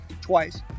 twice